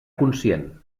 conscient